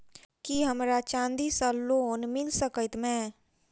की हमरा चांदी सअ लोन मिल सकैत मे?